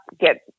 get